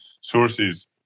sources